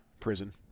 prison